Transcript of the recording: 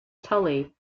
tully